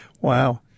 Wow